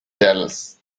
dallas